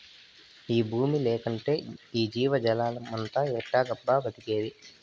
ఈ బూమి లేకంటే ఈ జీవజాలమంతా ఎట్టాగబ్బా బతికేది